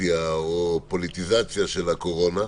פוליטיזציה של הקורונה.